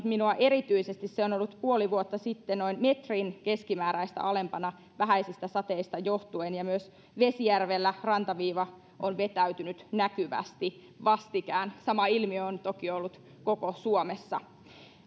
minua erityisesti se on ollut puoli vuotta sitten noin metrin keskimääräistä alempana vähäisistä sateista johtuen ja myös vesijärvellä rantaviiva on vetäytynyt näkyvästi vastikään sama ilmiö on toki ollut koko suomessa